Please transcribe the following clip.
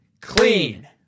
clean